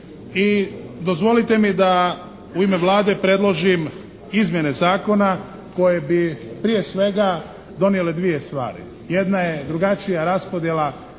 i dozvolite mi da u ime Vlade predložim izmjene zakona koje bi prije svega donijele dvije stvari. Jedna je drugačija raspodjela